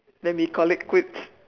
then we call it quits